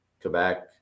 Quebec